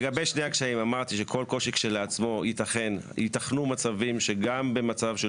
לגבי שני הקשיים אמרתי שכל קושי כשלעצמו יתכנו מצבים שגם במצב של